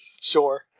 Sure